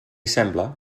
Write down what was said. sembla